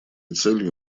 целью